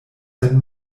sen